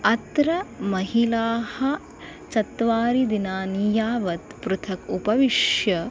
अत्र महिलाः चत्वारि दिनानि यावत् पृथक् उपविश्य